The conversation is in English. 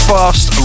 Fast